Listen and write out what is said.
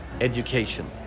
education